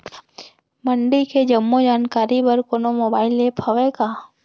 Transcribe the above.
मंडी के जम्मो जानकारी बर कोनो मोबाइल ऐप्प हवय का?